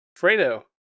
Fredo